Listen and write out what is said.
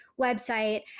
website